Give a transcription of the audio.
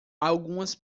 algumas